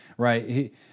right